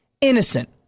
Innocent